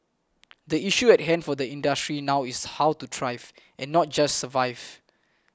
the issue at hand for the industry now is how to thrive and not just survive